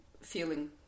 feeling